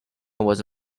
was